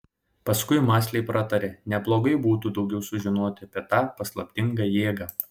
paskui mąsliai pratarė neblogai būtų daugiau sužinoti apie tą paslaptingąją jėgą